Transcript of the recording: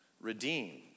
redeemed